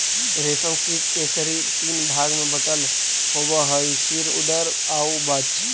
रेशम कीट के शरीर तीन भाग में बटल होवऽ हइ सिर, उदर आउ वक्ष